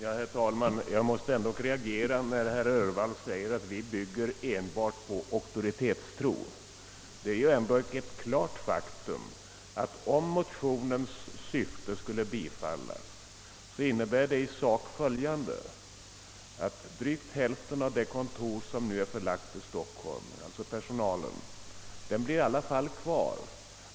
Herr talman! Jag måste reagera när herr Öhvall påstår att vi skulle bygga enbart på auktoritetstro. Det är ändå ett klart faktum att ett biträdande av motionens syfte i sak skulle innebära följande. Drygt hälften av personalen vid det kontor, som nu är förlagt till. Stockholm, skulle i alla fall stanna kvar.